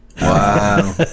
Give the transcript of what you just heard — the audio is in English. wow